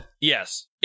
Yes